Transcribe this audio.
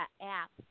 app